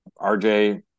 RJ